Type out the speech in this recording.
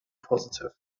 positive